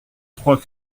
trois